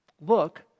look